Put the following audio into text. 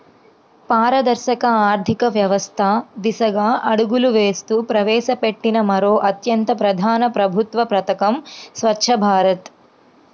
పారదర్శక ఆర్థిక వ్యవస్థ దిశగా అడుగులు వేస్తూ ప్రవేశపెట్టిన మరో అత్యంత ప్రధాన ప్రభుత్వ పథకం స్వఛ్చ భారత్